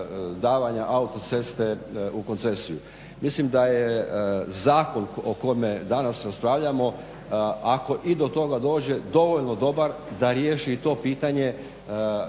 davanja autoceste u koncesiju. Mislim da je zakon o kome danas raspravljamo ako i do toga dođe dovoljno dobar da riješi i to pitanje